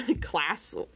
class